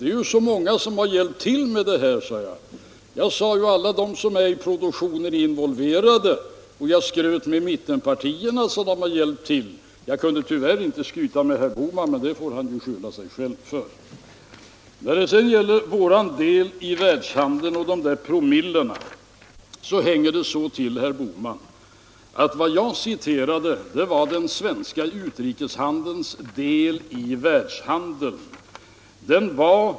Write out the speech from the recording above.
Det är så många som har hjälpt till med det här, sade jag, alla de som är involverade i produktionen och jag skröt med mittenpartierna — hur de har hjälpt till. Tyvärr kunde jag inte skryta med herr Bohman, och det får han ju skylla sig själv för. När det sedan gäller vår del i världshandeln och de där promillena som det var fråga om, så ligger det så till, herr Bohman, att vad jag citerade var uppgifterna om den svenska utrikeshandelns del i världshandeln.